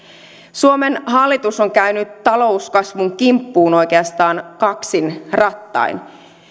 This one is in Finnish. suomen hallitus on käynyt talouskasvun kimppuun oikeastaan kaksin rattain